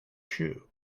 shoe